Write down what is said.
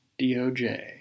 DOJ